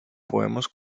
podemos